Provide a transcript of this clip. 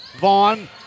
Vaughn